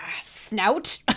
snout